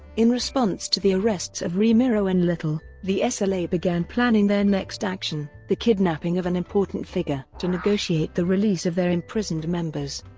in response to the arrests of remiro and little, the sla began planning their next action the kidnapping of an important figure to negotiate the release of their imprisoned members.